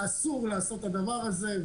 אסור לעשות את הדבר הזה.